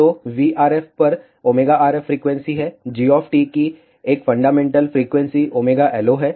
तो VRF पर ωRF frequency हैg की एक फंडामेंटल फ्रीक्वेंसी ωLO है